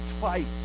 Fight